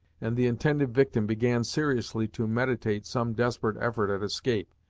and the intended victim began seriously to meditate some desperate effort at escape,